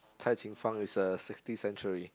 Cai Qing Fang is a sixty century